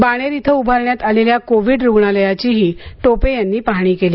बाणेर इथं उभारण्यात आलेल्या कोविड रुग्णालयाचीही टोपे यांनी पाहणी केली